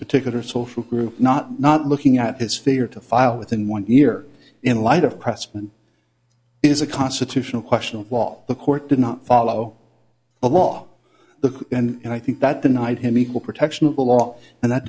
particular social group not not looking at his failure to file within one year in light of pressman is a constitutional question of law the court did not follow the law the and i think that the night him equal protection of the law and that